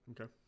Okay